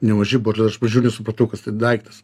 nemaži borle iš pradžių nesupratau kas tai daiktas